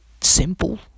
simple